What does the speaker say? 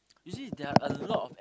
you see there are a lot of a~